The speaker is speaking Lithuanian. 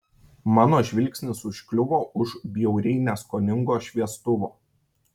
mano žvilgsnis užkliuvo už bjauriai neskoningo šviestuvo